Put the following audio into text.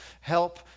help